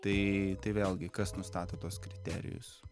tai tai vėlgi kas nustato tuos kriterijus